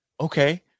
okay